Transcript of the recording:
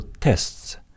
tests